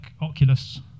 Oculus